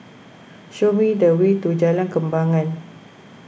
show me the way to Jalan Kembangan